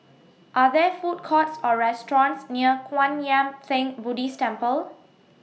Are There Food Courts Or restaurants near Kwan Yam Theng Buddhist Temple